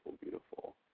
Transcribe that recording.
beautiful